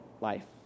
life